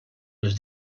les